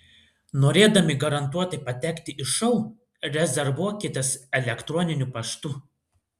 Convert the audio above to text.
norėdami garantuotai patekti į šou rezervuokitės elektroniniu paštu